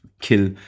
kill